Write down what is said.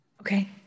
Okay